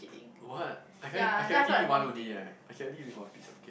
what I can I can only eat one only eh I can only eat one piece of cake